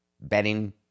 betting